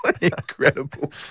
Incredible